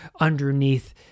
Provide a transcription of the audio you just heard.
underneath